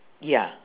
ya